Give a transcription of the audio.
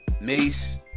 Mace